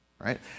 right